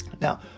Now